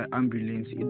ambulance